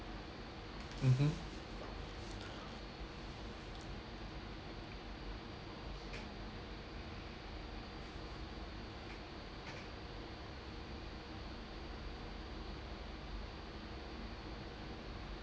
mmhmm